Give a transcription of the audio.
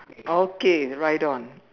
okay right on